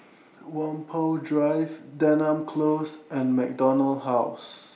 Whampoa Drive Denham Close and MacDonald House